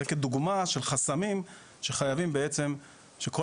זה כדוגמה של חסמים שחייבים בעצם שכל